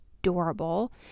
adorable